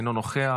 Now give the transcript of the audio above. אינו נוכח,